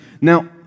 Now